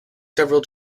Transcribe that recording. several